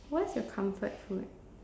what's your comfort food